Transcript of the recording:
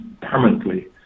permanently